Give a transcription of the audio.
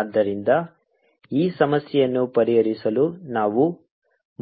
ಆದ್ದರಿಂದ ಈ ಸಮಸ್ಯೆಯನ್ನು ಪರಿಹರಿಸಲು ನಾವು